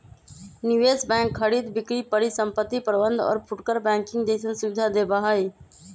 निवेश बैंक खरीद बिक्री परिसंपत्ति प्रबंध और फुटकर बैंकिंग जैसन सुविधा देवा हई